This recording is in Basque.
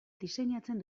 diseinatzen